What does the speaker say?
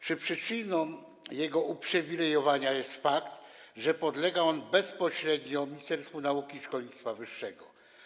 Czy przyczyną jego uprzywilejowania jest fakt, że podlega on bezpośrednio Ministerstwu Nauki i Szkolnictwa Wyższego?